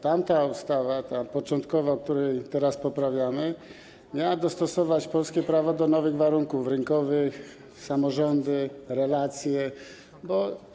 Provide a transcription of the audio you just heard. Tamta ustawa, ta początkowa, którą teraz poprawiamy, miała dostosować polskie prawo do nowych warunków rynkowych - samorządy, relacje - bo